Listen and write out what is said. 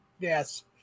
Yes